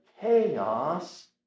chaos